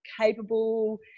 capable